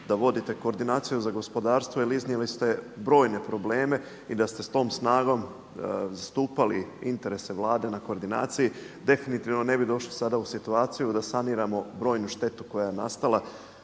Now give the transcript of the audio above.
da vodite koordinaciju za gospodarstvo, jer iznijeli ste brojne probleme. I da ste s tom snagom zastupali interese Vlade na koordinaciji definitivno ne bi došli sada u situaciju da saniramo brojnu štetu koja je nastala.